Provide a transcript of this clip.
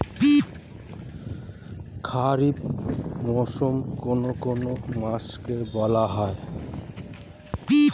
খারিফ মরশুম কোন কোন মাসকে বলা হয়?